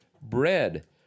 bread